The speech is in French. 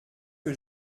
que